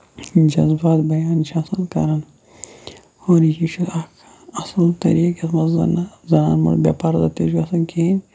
جزبات بیان چھِ اصٕل کران اور یہِ چھِ اکھ اصٕل طریٖق یَتھ منٛز زَن زنان موٚنڈ بے پردٕ کرِتھ چھِ آسان کِہیٖنۍ